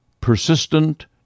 persistent